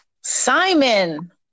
Simon